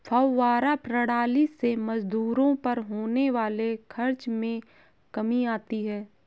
फौव्वारा प्रणाली से मजदूरों पर होने वाले खर्च में कमी आती है